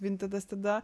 vintedas tada